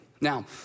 Now